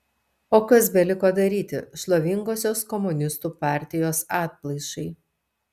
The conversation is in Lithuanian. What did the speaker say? o kas beliko daryti šlovingosios komunistų partijos atplaišai